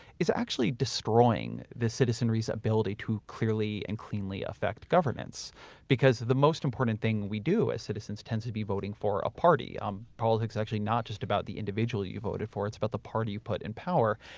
is actually destroying the citizenry's ability to clearly and cleanly affect governance because the most important thing we do as citizens tends to be voting for a party. um politics actually is not just about the individual that you voted for, it's about the party you put in power.